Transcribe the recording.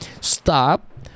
stop